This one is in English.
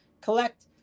collect